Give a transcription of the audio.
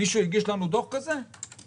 אני